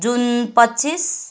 जुन पच्चिस